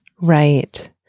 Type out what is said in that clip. Right